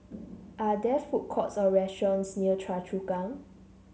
are there food courts or restaurants near Choa Chu Kang